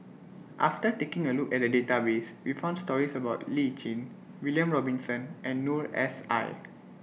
after taking A Look At The Database We found stories about Lee Tjin William Robinson and Noor S I